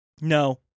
No